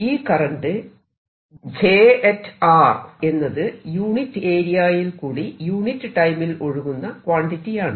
ഈ current j എന്നത് unit area യിൽ കൂടെ യൂണിറ്റ് ടൈമിൽ ഒഴുകുന്ന ക്വാണ്ടിറ്റി യാണ്